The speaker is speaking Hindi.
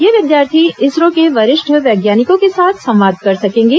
ये विद्यार्थी इसरो के वरिष्ठ वैज्ञानिकों के साथ संवाद कर सकेंगे